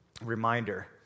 reminder